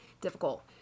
difficult